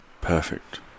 Perfect